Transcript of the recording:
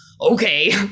okay